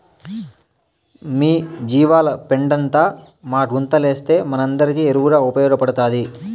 మీ జీవాల పెండంతా మా గుంతలేస్తే మనందరికీ ఎరువుగా ఉపయోగపడతాది